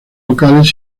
locales